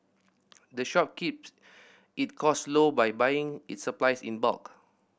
the shop keeps it cost low by buying its supplies in bulk